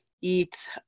eat